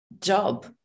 job